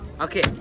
Okay